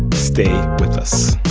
stay with us